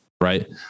right